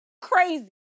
Crazy